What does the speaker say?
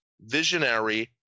Visionary